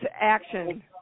action